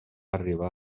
arribar